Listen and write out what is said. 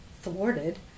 thwarted